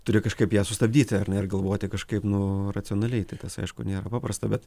turi kažkaip ją sustabdyti ar net ir galvoti kažkaip nu racionaliai tai tas aišku nėra paprasta bet